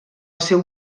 seu